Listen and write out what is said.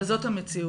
אבל זאת המציאות.